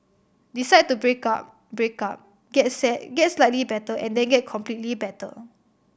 decide to break up break up get sad get slightly better and then get completely better